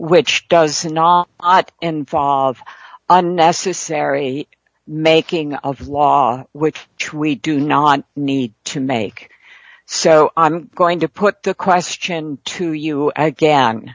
which doesn't all involve unnecessary making of law which true we do not need to make so i'm going to put the question to you again